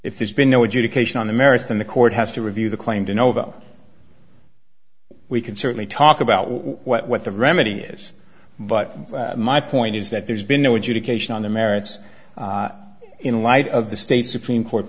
if there's been no education on the merits than the court has to review the claim to know about we can certainly talk about what the remedy is but my point is that there's been no education on the merits in light of the state supreme court